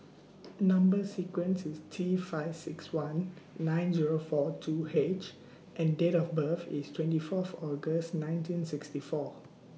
Number sequence IS T five six one nine Zero four two H and Date of birth IS twenty Fourth August nineteen sixty four